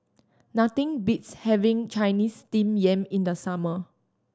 nothing beats having Chinese Steamed Yam in the summer